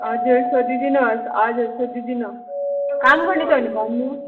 हजुर सोधिदिनु होस् हजुर सोधिदिनु काम गर्ने छ भने भन्नु